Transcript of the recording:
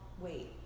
wait